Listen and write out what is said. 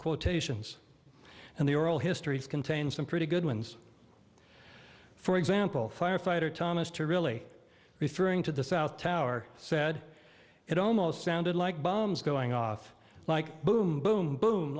quotations and the oral histories contain some pretty good ones for example firefighter thomas to really referring to the south tower said it almost sounded like bombs going off like boom boom boom